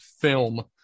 film